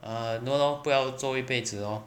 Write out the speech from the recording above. err no lor 不要做一辈子 lor